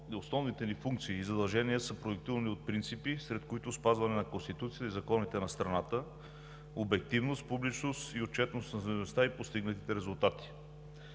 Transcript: Основните ни функции и задължения са продиктувани от принципи, сред които са спазване на Конституцията и законите на страната, обективност, публичност и отчетност на дейността и постигнатите резултати.